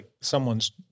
someone's